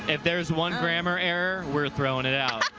if there's one grammar error, we're throwing it out.